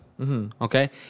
Okay